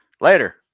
Later